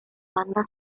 banda